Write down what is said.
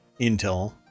intel